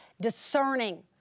discerning